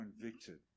convicted